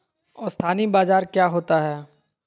अस्थानी बाजार क्या होता है?